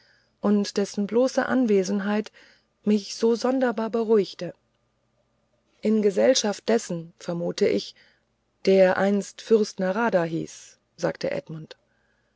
und dessen bloße anwesenheit mich so sonderbar beruhigte in gesellschaft dessen vermute ich der einst fürst narada hieß sagte edmund